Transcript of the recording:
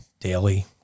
daily